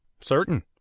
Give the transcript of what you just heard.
Certain